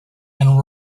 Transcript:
and